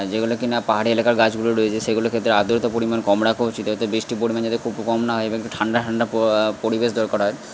যেগুলো কি না পাহাড়ি এলাকার গাছগুলো রয়েছে সেগুলোর ক্ষেত্রে আর্দ্রতার পরিমাণ কম রাখা উচিত অর্থাৎ বিস্টির পরিমাণ যাতে খুব কম না হয় এবং ঠান্ডা ঠান্ডা পরিবেশ দরকার হয়